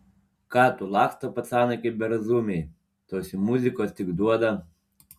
ką tu laksto pacanai kaip berazumiai tos jų muzikos tik duoda